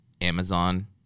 Amazon